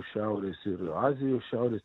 šiaurės ir azijos šiaurės